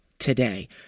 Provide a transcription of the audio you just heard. Today